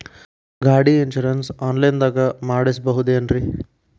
ಗಾಡಿ insurance online ದಾಗ ಮಾಡಸ್ಬಹುದೆನ್ರಿ?